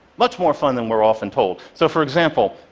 much more fun than we're often told. so for example,